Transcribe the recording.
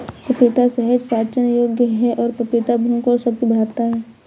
पपीता सहज पाचन योग्य है और पपीता भूख और शक्ति बढ़ाता है